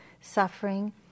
suffering